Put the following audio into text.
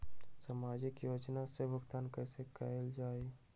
सामाजिक योजना से भुगतान कैसे कयल जाई?